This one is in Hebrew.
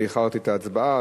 ואיחרתי את ההצבעה,